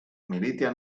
militia